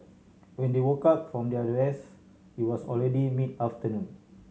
when they woke up from their rest it was already mid afternoon